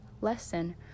lesson